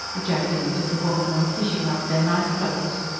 ejaculated the woman, on fishing out their night-clothes.